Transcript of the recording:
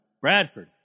Bradford